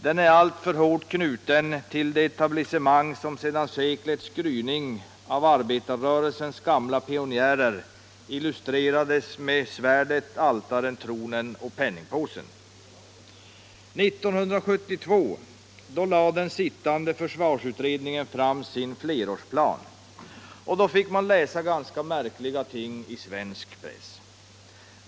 Den är alltför hårt knuten till det etablissemang som i seklets gryning av arbetarrörelsens gamla pionjärer illustrerades med svärdet, altaret, tronen och penningpåsen. 1972 lade den då sittande försvarsutredningen fram sin flerårsplan. Därvid fick man läsa märkliga ting i svensk press.